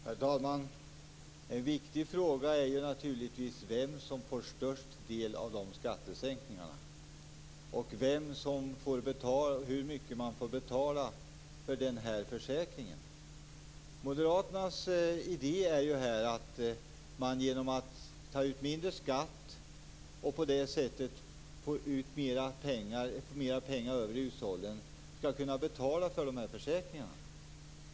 Herr talman! En viktig fråga är naturligtvis vem som får störst del av de här skattesänkningarna. Och hur mycket får man betala för den här försäkringen? Moderaternas idé är ju att människor, genom att man tar ut mindre skatt, skall få mer pengar över i hushållen, och att de skall kunna betala för de här försäkringarna.